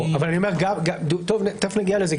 תיכף נגיע על זה.